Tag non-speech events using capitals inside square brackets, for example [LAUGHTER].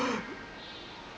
[LAUGHS]